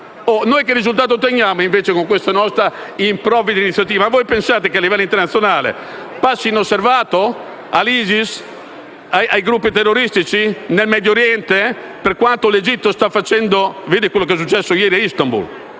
Che risultato otteniamo invece con questa nostra improvvida iniziativa? Pensate che a livello internazionale passi inosservato - all'ISIS, ai gruppi terroristici, nel Medioriente - per quanto l'Egitto sta facendo (si veda quello che è successo ieri a Istanbul,